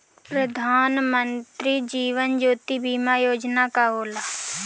प्रधानमंत्री जीवन ज्योति बीमा योजना का होला?